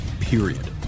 Period